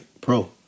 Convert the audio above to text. pro